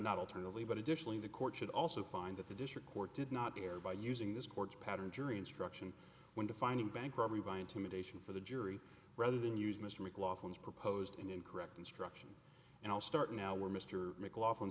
not alternatively but additionally the court should also find that the district court did not hear by using this court's pattern jury instruction when defining bank robbery by intimidation for the jury rather than use mr mclaughlin has proposed an incorrect instruction and i'll start now where mr mclaughlin